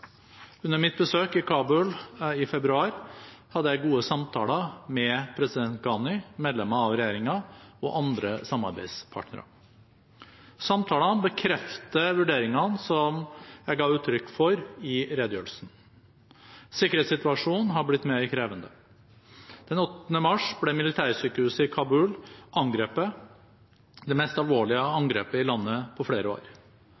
Under mitt besøk i Kabul i februar hadde jeg gode samtaler med president Ghani, medlemmer av regjeringen og andre samarbeidspartnere. Samtalene bekrefter vurderingene som jeg ga uttrykk for i redegjørelsen. Sikkerhetssituasjonen har blitt mer krevende. Den 8. mars ble militærsykehuset i Kabul angrepet – det mest alvorlige angrepet i landet på flere år.